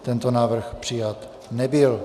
Tento návrh přijat nebyl.